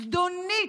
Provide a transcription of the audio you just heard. זדונית,